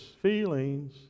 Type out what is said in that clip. Feelings